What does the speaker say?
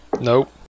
Nope